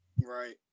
Right